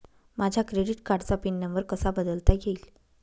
माझ्या क्रेडिट कार्डचा pin number कसा बदलता येईल?